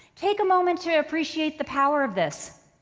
take a moment to appreciate the power of this.